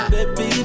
Baby